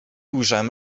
ujrzałem